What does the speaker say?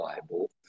Bible